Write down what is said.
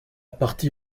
partie